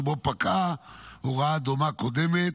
שבו פקעה הוראה דומה קודמת,